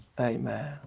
Amen